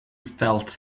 felt